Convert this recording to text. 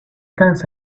tense